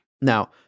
Now